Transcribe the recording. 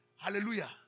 Hallelujah